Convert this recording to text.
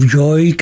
joy